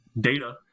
data